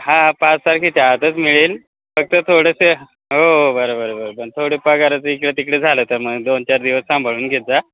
हा पाच तारखेच्या आतच मिळेल फक्त थोडंसे हो हो बरं बरं बरं पण थोडं पगारचा इकडे तिकडे झालं तर मग दोन चार दिवस सांभाळून घेत जा